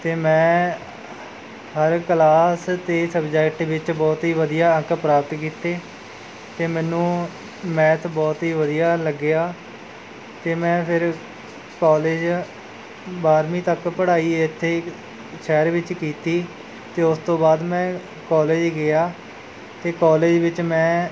ਅਤੇ ਮੈਂ ਹਰ ਕਲਾਸ ਅਤੇ ਸਬਜੈਕਟ ਵਿੱਚ ਬਹੁਤ ਹੀ ਵਧੀਆ ਅੰਕ ਪ੍ਰਾਪਤ ਕੀਤੇ ਅਤੇ ਮੈਨੂੰ ਮੈਥ ਬਹੁਤ ਹੀ ਵਧੀਆ ਲੱਗਿਆ ਅਤੇ ਮੈਂ ਫਿਰ ਕੋਲਜ ਬਾਰ੍ਹਵੀਂ ਤੱਕ ਪੜ੍ਹਾਈ ਇੱਥੇ ਸ਼ਹਿਰ ਵਿੱਚ ਕੀਤੀ ਅਤੇ ਉਸ ਤੋਂ ਬਾਅਦ ਮੈਂ ਕੋਲਜ ਗਿਆ ਅਤੇ ਕੋਲਜ ਵਿੱਚ ਮੈਂ